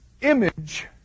image